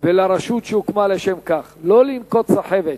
ולרשות שהוקמה לשם כך שלא לנקוט סחבת,